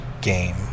game